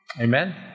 Amen